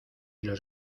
los